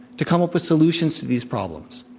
to come up with solutions to these problems.